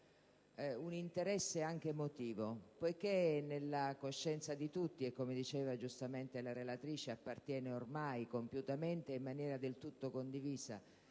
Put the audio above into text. un interesse anche emotivo, poiché, come diceva giustamente la relatrice, appartiene ormai compiutamente e in maniera del tutto condivisa